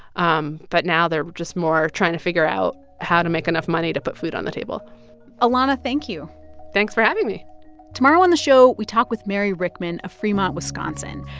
um but now they're just more trying to figure out how to make enough money to put food on the table alana, thank you thanks for having me tomorrow on the show, we talk with mary rieckmann of freemont, wis, so and